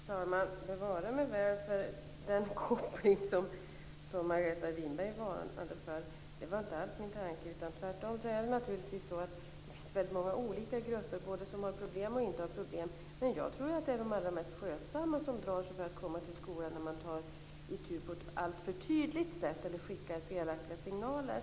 Fru talman! Bevare mig väl för den koppling som Margareta Winberg varnade för. Det var inte alls min tanke. Tvärtom finns det naturligtvis väldigt många olika grupper, både de som har problem och de som inte har problem. Jag tror att det är de allra mest skötsamma som drar sig för att komma till skolan när man tar itu med detta på ett alltför tydligt sätt eller skickar felaktiga signaler.